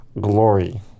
glory